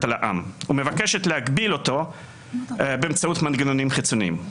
על העם ומבקשת להגביל אותו באמצעות מנגנונים חיצוניים.